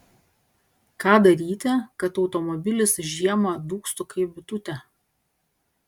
ką daryti kad automobilis žiemą dūgztų kaip bitutė